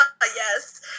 yes